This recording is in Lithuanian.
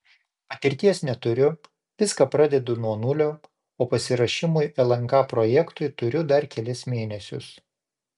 patirties neturiu viską pradedu nuo nulio o pasiruošimui lnk projektui turiu dar kelis mėnesius